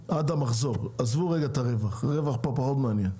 עזבו את הרווח, הוא פחות מעניין.